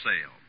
Sale